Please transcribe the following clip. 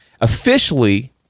officially